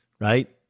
Right